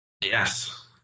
Yes